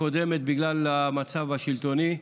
הקודמת בגלל המצב השלטוני.